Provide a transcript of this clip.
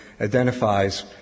identifies